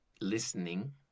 listening